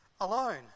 alone